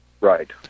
Right